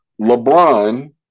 lebron